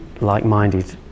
like-minded